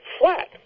flat